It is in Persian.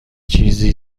چیزی